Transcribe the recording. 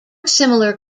similar